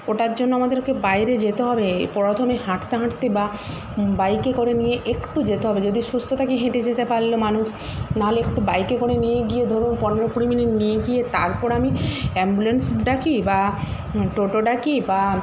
ওটার জন্য আমাদেরকে বাইরে যেতে হবে প্রথমে হাঁটতে হাঁটতে বা বাইকে করে নিয়ে একটু যেতে হবে যদি সুস্থ থাকি হেঁটে যেতে পারল মানুষ নাহলে একটু বাইকে করে নিয়ে গিয়ে ধরুন পনেরো কুড়ি মিনিট নিয়ে গিয়ে তারপর আমি অ্যাম্বুলেন্স ডাকি বা টোটো ডাকি বা